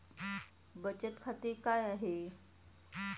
बचत खाते काय आहे?